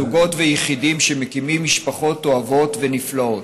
זוגות ויחידים שמקימים משפחות אוהבות ונפלאות.